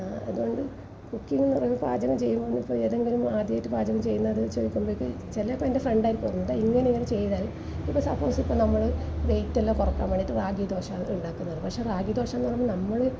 അതുകൊണ്ട് കുക്കിങ്ങ് എന്ന് പറയുന്നത് പാചകം ചെയ്യുന്നത് ഇപ്പം ഏതെങ്കിലും ആദ്യമായിട്ട് പാചകം ചെയ്യുന്നവര് ചോദിക്കുമ്പഴത്തേക്ക് ചിലപ്പോൾ എൻ്റെ ഫ്രണ്ടായിരിക്കും പറയുന്നത് ഇങ്ങനെ ചെയ്താൽ ഇപ്പം സപ്പോസ് ഇപ്പം നമ്മള് വൈറ്റെല്ലാം കുറയ്ക്കാൻ വേണ്ടിയിട്ട് റാഗി ദോശ ഉണ്ടാക്കുന്നതാണ് പക്ഷേ റാഗി ദോശാന്ന് പറയുന്നത് നമ്മള്